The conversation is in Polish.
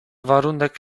warunek